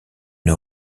une